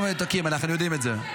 אנחנו מנותקים, אנחנו יודעים את זה.